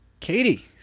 Katie